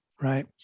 right